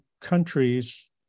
countries